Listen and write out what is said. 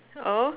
oh